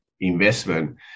investment